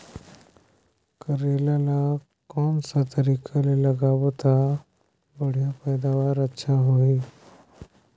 करेला ला कोन सा तरीका ले लगाबो ता बढ़िया पैदावार अच्छा होही?